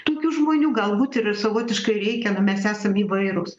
tokių žmonių galbūt ir savotiškai reikia mes esam įvairūs